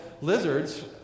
Lizards